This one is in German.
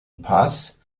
pass